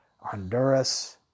Honduras